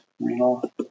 renal